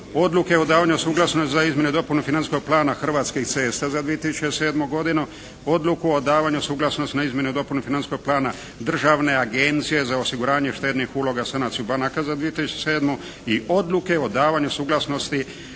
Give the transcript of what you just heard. Odluke o davanju suglasnosti za izmjenu i dopunu Financijskog plana Hrvatskih cesta za 2007. godinu, Odluku o davanju suglasnosti na izmjenu i dopunu Financijskog plana Državne agencije za osiguravanje štednih uloga i sanaciju banaka za 2007. i Odluke o davanju suglasnosti